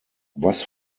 was